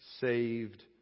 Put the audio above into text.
saved